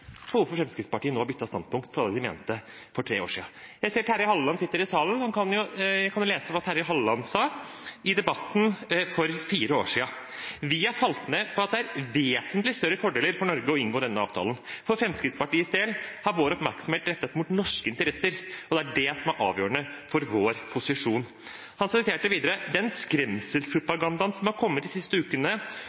for hvorfor Fremskrittspartiet nå har byttet standpunkt fra det de mente for tre år siden. Jeg ser Terje Halleland sitter i salen. Jeg kan jo lese hva Terje Halleland sa i debatten for tre år siden: «Likevel har vi falt ned på at Norge har vesentlig større fordeler av å inngå denne avtalen . For Fremskrittspartiets del har vår oppmerksomhet vært rettet mot norske interesser, og det er også det som har vært avgjørende for vår posisjon her i dag.» Han sa videre: «Skal vi tro på den skremselspropagandaen Senterpartiet har kommet med de siste ukene,